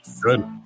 Good